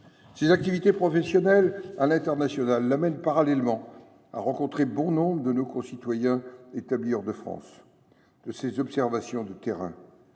Ses activités professionnelles internationales l’amènent parallèlement à rencontrer bon nombre de nos concitoyens établis hors de France. De ses observations de terrain,